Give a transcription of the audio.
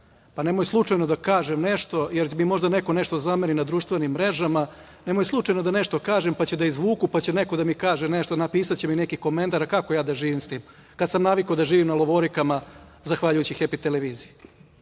Nemoj slučajno da kažem nešto jer bi možda neko nešto da zameri na društvenim mrežama, nemoj slučajno da nešto kažem pa će da izvuku, pa će neko da mi kaže nešto, napisaće mi neki komentar, a kako ja da živim sa tim kad sam navikao da živim na lovorikama zahvaljujući „Hepi“ televiziji. Ko